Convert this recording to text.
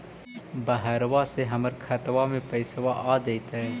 बहरबा से हमर खातबा में पैसाबा आ जैतय?